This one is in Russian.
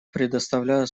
предоставляю